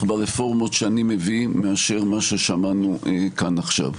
ברפורמות שאני מביא מאשר מה ששמענו כאן עכשיו.